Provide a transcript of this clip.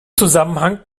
zusammenhang